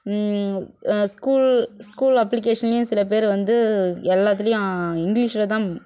school school அப்ளிகேஷன்லேயும் சில பேர் வந்து எல்லாத்துலேயும் இங்கிலிஷில் தான்